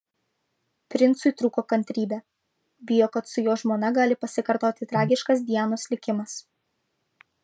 princui trūko kantrybė bijo kad su jo žmona gali pasikartoti tragiškas dianos likimas